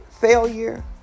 failure